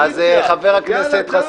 יאללה, די.